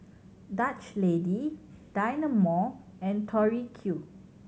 Dutch Lady Dynamo and Tori Q